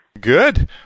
Good